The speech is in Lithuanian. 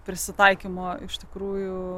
prisitaikymo iš tikrųjų